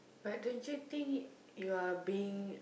but don't you think you are being